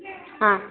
ಹಾಂ